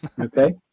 Okay